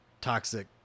toxic